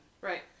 Right